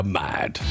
mad